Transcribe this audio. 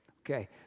Okay